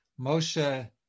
Moshe